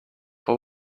but